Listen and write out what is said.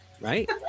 right